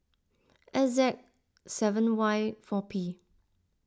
S Z seven Y four P